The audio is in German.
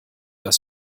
das